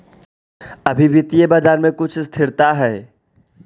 अभी वित्तीय बाजार में कुछ स्थिरता हई